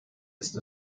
ist